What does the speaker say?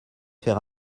faire